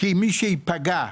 מי שייפגע,